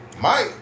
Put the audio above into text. Mike